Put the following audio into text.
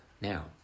Now